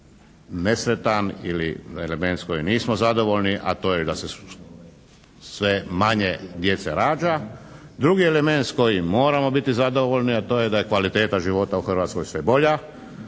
nesretan ili element s kojim nismo zadovoljni, a to je da se sve manje djece rađa. Drugi element s kojim moramo biti zadovoljni, a to je da je kvaliteta života u Hrvatskoj sve bolja,